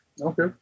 Okay